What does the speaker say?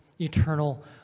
eternal